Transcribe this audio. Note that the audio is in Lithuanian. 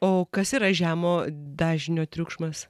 o kas yra žemo dažnio triukšmas